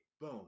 Boom